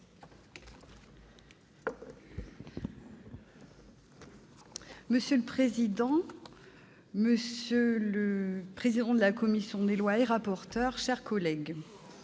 Monsieur le président, monsieur le président de la commission des lois et rapporteur, mes chers collègues,